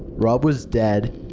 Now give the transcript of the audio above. rob was dead.